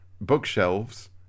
bookshelves